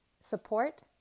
support